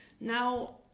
Now